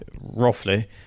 roughly